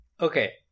Okay